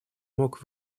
мог